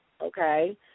okay